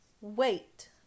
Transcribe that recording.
Wait